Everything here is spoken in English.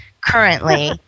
currently